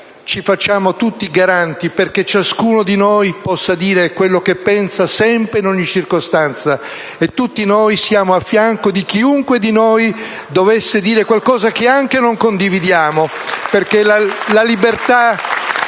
ci facciamo garanti affinché ciascuno di noi possa dire quello che pensa, sempre, in ogni circostanza, e tutti noi siamo al fianco di chiunque di noi dovesse dire qualcosa che anche non condividiamo.